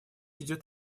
идет